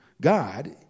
God